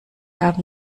haben